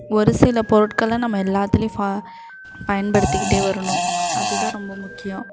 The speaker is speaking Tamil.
ஒரு சில பொருட்களை நம்ம எல்லாத்துலேயும் ஃபா பயன்படுத்திக்கிட்டே வரணும் அதுதான் ரொம்ப முக்கியம்